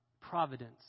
providence